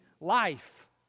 life